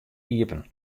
iepen